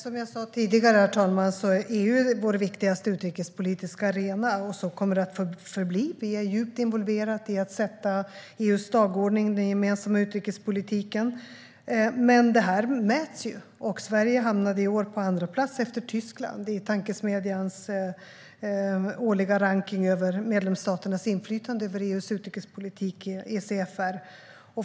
Herr talman! Som jag sa tidigare är EU vår viktigaste utrikespolitiska arena, och så kommer det att förbli. Vi är djupt involverade i att sätta EU:s dagordning för den gemensamma utrikespolitiken. Det här är också något som mäts. Sverige hamnade i år på andra plats efter Tyskland i tankesmedjan ECFR:s årliga rankning över medlemsstaternas inflytande över EU:s utrikespolitik.